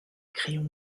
crayons